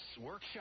workshop